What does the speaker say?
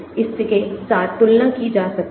इसके साथ तुलना की जा सकती है